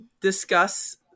discuss